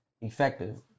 effective